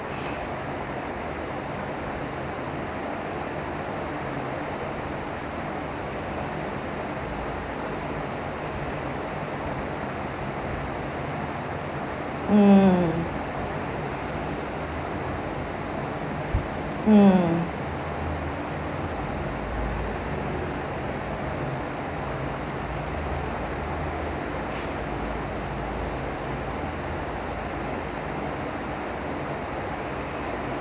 mm mm